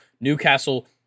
Newcastle